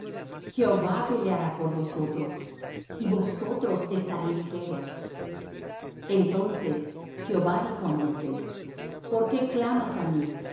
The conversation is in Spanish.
jehová peleará por vosotros y vosotros estaréis quedos entonces jehová dijo á moisés por qué clamas á mí